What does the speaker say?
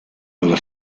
alla